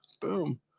boom